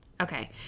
Okay